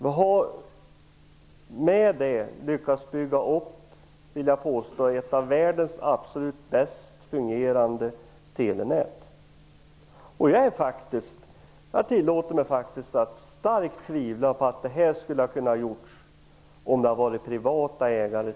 Vi har med det lyckats bygga upp ett av världens absolut bäst fungerande telenät. Jag tillåter mig att starkt tvivla på att det här skulle ha kunnat göras om Telia hade haft privata ägare.